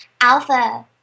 alpha